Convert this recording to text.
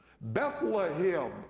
Bethlehem